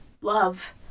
love